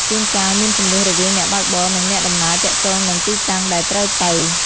ជួនកាលមានជម្លោះរវាងអ្នកបើកបរ និងអ្នកដំណើរទាក់ទងនឹងទីតាំងដែលត្រូវទៅ។